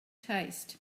taste